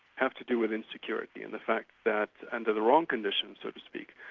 have to do with insecurity and the fact that under the wrong conditions so to speak,